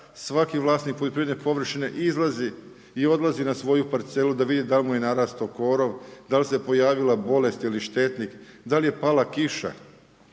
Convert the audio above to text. svaki vlasnik poljoprivredne površine izlazi i odlazi na svoju parcelu da vidi da li mu je narastao korov da li se pojavila bolest ili štetnik, da li je pala kiša